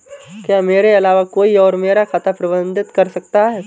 क्या मेरे अलावा कोई और मेरा खाता प्रबंधित कर सकता है?